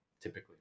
typically